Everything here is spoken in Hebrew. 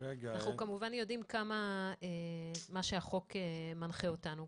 אנחנו יודעים כמה החוק מנחה אותנו,